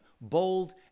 bold